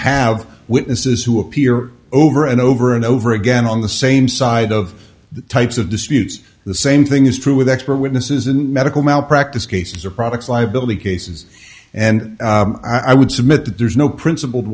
have witnesses who appear over and over and over again on the same side of the types of disputes the same thing is true with expert witnesses and medical malpractise cases or products liability cases and i would submit that there's no principled